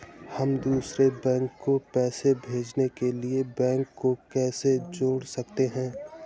हम दूसरे बैंक को पैसे भेजने के लिए बैंक को कैसे जोड़ सकते हैं?